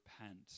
repent